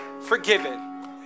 forgiven